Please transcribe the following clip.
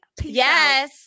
Yes